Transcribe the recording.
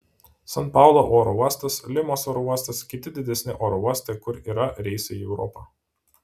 san paulo oro uostas limos oro uostas kiti didesni oro uostai kur yra reisai į europą